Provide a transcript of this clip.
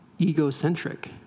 egocentric